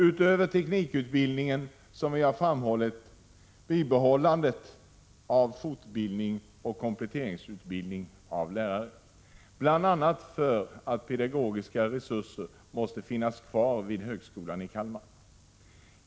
Utöver teknikutbildningen har vi poängterat bibehållandet av fortbildning och kompletteringsutbildning av lärare, bl.a. för att pedagogiska resurser måste finnas kvar vid högskolan i Kalmar.